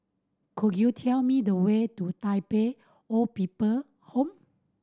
could you tell me the way to Tai Pei Old People Home